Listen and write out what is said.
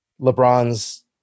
LeBron's